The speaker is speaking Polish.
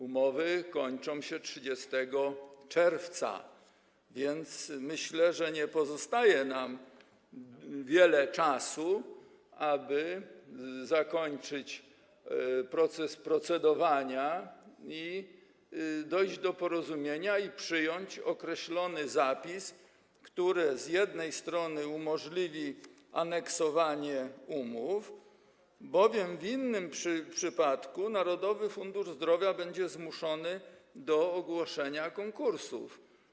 Umowy kończą się 30 czerwca, więc myślę, że nie pozostaje nam wiele czasu, aby zakończyć procedowanie, dojść do porozumienia i przyjąć określony zapis, który umożliwi aneksowanie umów, bowiem w innym przypadku Narodowy Fundusz Zdrowia będzie zmuszony do ogłoszenia konkursów.